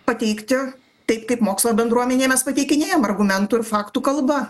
pateikti taip kaip mokslo bendruomenėje mes pateikinėjam argumentų ir faktų kalba